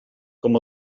com